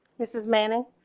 this is manny